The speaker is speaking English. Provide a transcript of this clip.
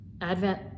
Advent